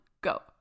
go